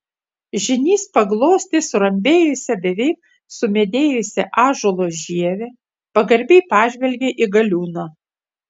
žynys paglostė surambėjusią beveik sumedėjusią ąžuolo žievę pagarbiai pažvelgė į galiūną